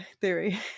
theory